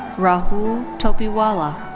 rrahul topiwala.